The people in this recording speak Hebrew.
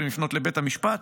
יכולים לפנות לבית המשפט,